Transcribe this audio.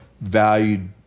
valued